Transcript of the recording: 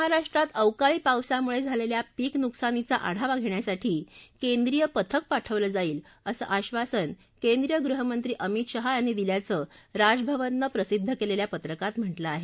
महाराष्ट्रात अवकाळी पावसामुळे झालेल्या पीकनुकसानीचा आढावा धेण्यासाठी केंद्रीय पथक पाठवलं जाईल असं आढासन केंद्रीय गृहमंत्री अमित शहा यांनी दिल्याचं राजभवननं प्रसिद्ध केलेल्या पत्रकात म्हालं आहे